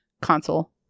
console